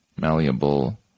malleable